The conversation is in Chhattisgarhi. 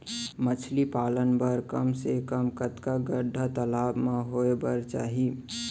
मछली पालन बर कम से कम कतका गड्डा तालाब म होये बर चाही?